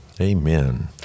Amen